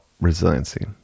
resiliency